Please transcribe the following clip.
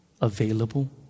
available